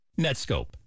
Netscope